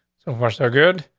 so far, so good.